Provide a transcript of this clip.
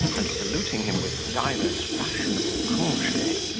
and saluting him with divers fashionable congees,